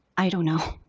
i don't know.